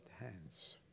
hands